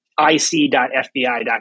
ic.fbi.gov